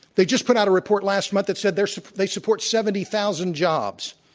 they just put out a report last month that said they're so they support seventy thousand jobs.